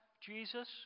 Jesus